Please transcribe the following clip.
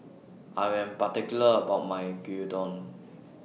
I Am particular about My Gyudon